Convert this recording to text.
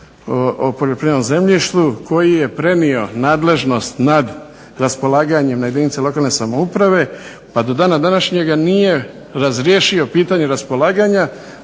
o poljoprivrednom zemljištu koji je prenio nadležnost nad raspolaganjima jedinica lokalne samouprave, a do dana današnjeg nije razriješio pitanje raspolaganja,